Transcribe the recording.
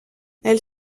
elle